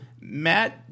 Matt